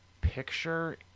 picture